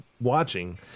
watching